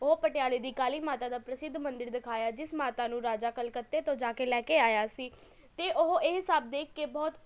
ਓਹ ਪਟਿਆਲੇ ਦੀ ਕਾਲੀ ਮਾਤਾ ਦਾ ਪ੍ਰਸਿੱਧ ਮੰਦਿਰ ਦਿਖਾਇਆ ਜਿਸ ਮਾਤਾ ਨੂੰ ਰਾਜਾ ਕਲਕੱਤੇ ਤੋਂ ਜਾ ਕੇ ਲੈ ਕੇ ਆਇਆ ਸੀ ਅਤੇ ਉਹ ਇਹ ਸਭ ਦੇਖ ਕੇ ਬਹੁਤ